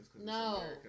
No